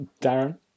Darren